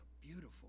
Beautiful